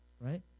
right